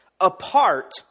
apart